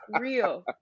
real